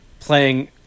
playing